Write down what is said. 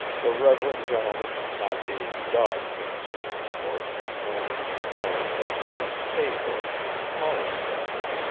the reverend gentleman, not being a dog fancier, of course had no means of knowing that sable, in collie jargon,